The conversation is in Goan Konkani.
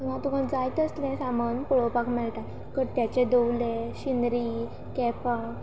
तुका जाय तसलें सामान पळोवपाक मेळटा कट्ट्यांचे दवले शेंदरी कॅपां